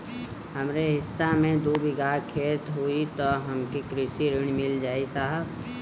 हमरे हिस्सा मे दू बिगहा खेत हउए त हमके कृषि ऋण मिल जाई साहब?